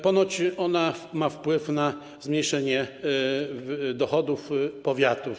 Ponoć ustawa ma wpływ na zmniejszenie dochodów powiatów.